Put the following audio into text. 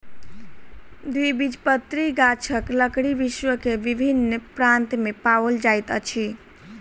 द्विबीजपत्री गाछक लकड़ी विश्व के विभिन्न प्रान्त में पाओल जाइत अछि